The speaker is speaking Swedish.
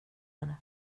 henne